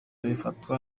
bifatwa